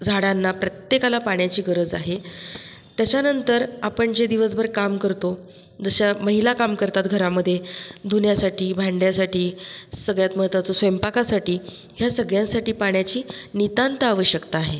झाडांना प्रत्येकाला पाण्याची गरज आहे त्याच्यानंतर आपण जे दिवसभर काम करतो जशा महिला काम करतात घरामध्ये धुण्यासाठी भांड्यासाठी सगळ्यात महत्त्वाचं स्वयंपाकासाठी ह्या सगळ्यांसाठी पाण्याची नितांत आवश्यकता आहे